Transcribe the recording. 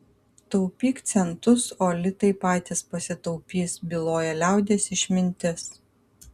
taupyk centus o litai patys pasitaupys byloja liaudies išmintis